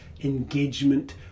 engagement